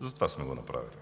Затова сме го направили.